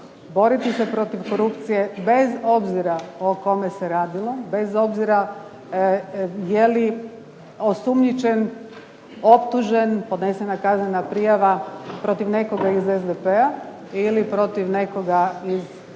boriti se protiv korupcije bez obzira o kome se radilo, bez obzira je li osumnjičen, optužen, podnesena kaznena prijava protiv nekoga iz SDP-a ili protiv nekoga iz bilo